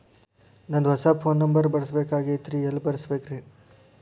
ನಂದ ಹೊಸಾ phone number ಬರಸಬೇಕ್ ಆಗೈತ್ರಿ ಎಲ್ಲೆ ಬರಸ್ಬೇಕ್ರಿ?